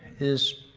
is.